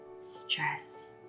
stress